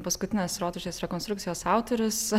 paskutinės rotušės rekonstrukcijos autorius